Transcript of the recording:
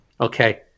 Okay